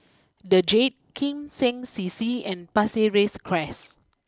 the Jade Kim Seng C C and Pasir Ris Crest